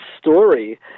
story